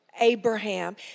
Abraham